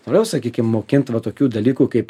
toliau sakykim mokint va tokių dalykų kaip